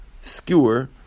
skewer